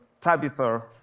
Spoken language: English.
Tabitha